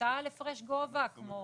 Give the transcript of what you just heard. פשוטה על הפרש גובה, כמו